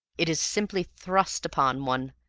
it is simply thrust upon one.